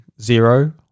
zero